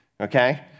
okay